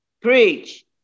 Preach